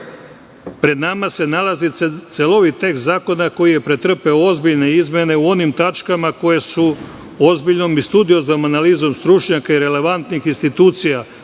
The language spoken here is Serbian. nama se nalazi celovit tekst zakona koji je pretrpeo ozbiljne izmene u onim tačkama koje su ozbiljnom i studioznom analizom stručnjaka i relevantnih institucija,